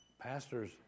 Pastors